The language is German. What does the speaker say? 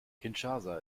kinshasa